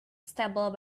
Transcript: stable